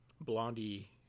Blondie